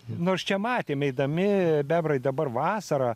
nors čia matėm eidami bebrai dabar vasarą